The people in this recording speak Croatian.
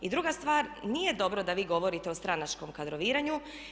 I druga stvar, nije dobro da vi govorite o stranačkom kadroviranju.